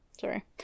Sorry